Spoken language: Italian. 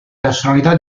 personalità